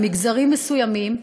למגזרים מסוימים,